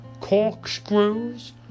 corkscrews